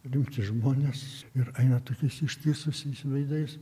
rimti žmonės ir eina tokiais ištįsusiais veidais